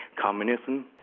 communism